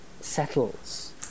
settles